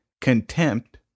contempt